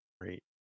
Great